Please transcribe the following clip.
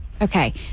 Okay